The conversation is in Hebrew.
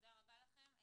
תודה רבה לכם.